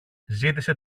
ζήτησε